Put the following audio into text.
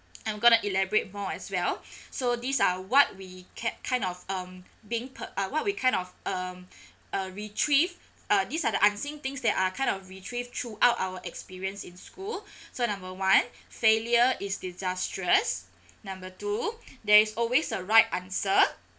I'm gonna elaborate more as well so these are what we kept kind of um being pe~ uh what we kind of um uh retrieved uh these are the unseen things that are kind of retrieved throughout our experience in school so number one failure is disastrous number two there is always a right answer